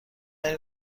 این